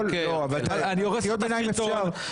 קריאות ביניים אפשר.